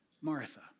Martha